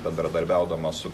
bendradarbiaudama su